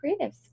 creatives